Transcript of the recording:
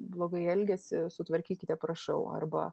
blogai elgiasi sutvarkykite prašau arba